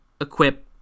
equip